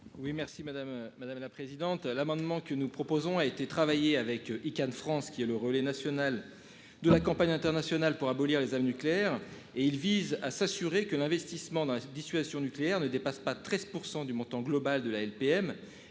madame, madame la présidente. L'amendement que nous proposons a été travaillé avec Icahn France qui est le relais national de la Campagne internationale pour abolir les armes nucléaires et il vise à s'assurer que l'investissement dans la dissuasion nucléaire ne dépasse pas 13% du montant global de la LPM.